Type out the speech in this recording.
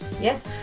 yes